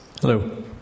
Hello